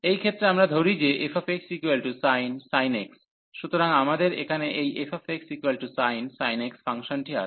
এই ক্ষেত্রে আমরা ধরি যে fxsin x সুতরাং আমাদের এখানে এই fxsin x ফাংশনটি আছে